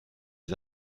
des